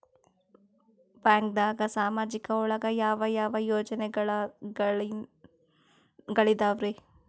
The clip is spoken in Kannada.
ಬ್ಯಾಂಕ್ನಾಗ ಸಾಮಾಜಿಕ ಒಳಗ ಯಾವ ಯಾವ ಯೋಜನೆಗಳಿದ್ದಾವ್ರಿ?